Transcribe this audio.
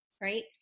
right